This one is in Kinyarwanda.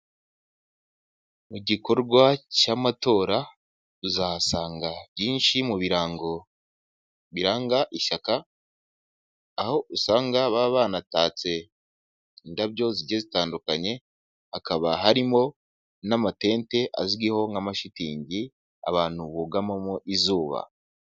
Mu gikorwa cy'amatora uzahasanga byinshi mu birango biranga ishyaka aho usanga baba banatatse indabyo zigiye zitandukanye hakaba harimo n'amatente azwiho nk'amashitingi abantu bugamamo izuba.